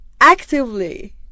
actively